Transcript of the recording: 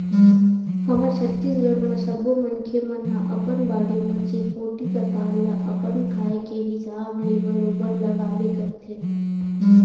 हमर छत्तीसगढ़ म सब्बो मनखे मन ह अपन बाड़ी म चिरपोटी पताल ल अपन खाए के हिसाब ले बरोबर लगाबे करथे